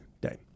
day